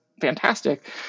fantastic